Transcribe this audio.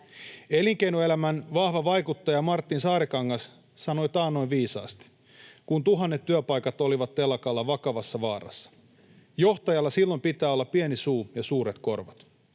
Elinkeinoelämän vahva vaikuttaja Martin Saarikangas sanoi taannoin viisaasti, kun tuhannet työpaikat olivat telakalla vakavassa vaarassa, että johtajalla pitää silloin olla pieni suu ja suuret korvat.